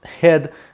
head